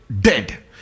dead